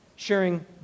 Sharing